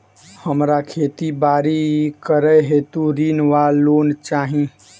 हमरा खेती बाड़ी करै हेतु ऋण वा लोन चाहि?